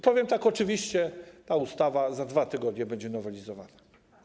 Powiem tak: oczywiście ta ustawa za 2 tygodnie będzie nowelizowana.